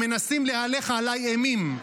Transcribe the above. הם מנסים להלך עליי אימים.